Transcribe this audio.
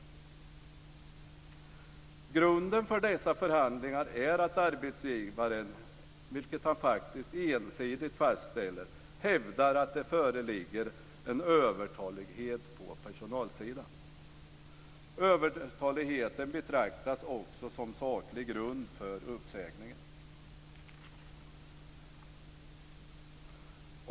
Grunden för dessa förhandlingar är att arbetsgivaren, vilket han faktiskt ensidigt fastställer, hävdar att det föreligger en övertalighet på personalsidan. Övertaligheten betraktas också som saklig grund för uppsägningen.